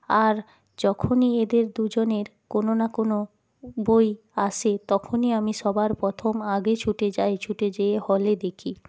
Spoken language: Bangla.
আর যখনই এদের দুজনের কোনও না কোনও বই আসে তখনই আমি সবার প্রথম আগে ছুটে যাই ছুটে যেয়ে হলে দেখি